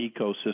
ecosystem